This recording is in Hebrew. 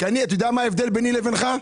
כי אני, אתה יודע מה ההבדל ביני לבינך?